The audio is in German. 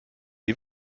die